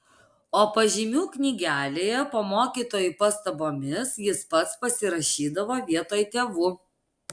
o pažymių knygelėje po mokytojų pastabomis jis pats pasirašydavo vietoj tėvų